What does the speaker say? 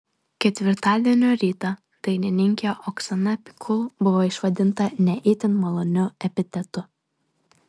ketvirtadienio rytą dainininkė oksana pikul buvo išvadinta ne itin maloniu epitetu